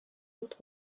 autres